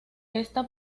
esta